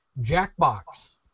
Jackbox